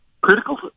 critical